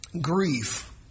grief